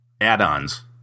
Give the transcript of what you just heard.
add-ons